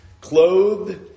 clothed